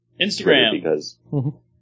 Instagram